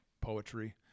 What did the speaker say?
poetry